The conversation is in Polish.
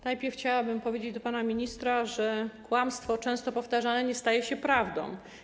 Najpierw chciałabym powiedzieć panu ministrowi, że kłamstwo często powtarzane nie staje się prawdą.